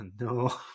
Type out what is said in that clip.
no